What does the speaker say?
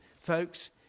Folks